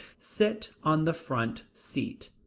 sit on the front seat,